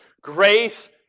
grace